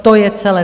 To je celé.